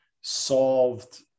solved